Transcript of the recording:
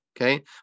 okay